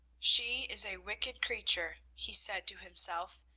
she is a wicked creature, he said to himself,